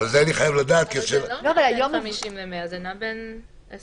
זה לא נע בין 100-50, זה נע בין 20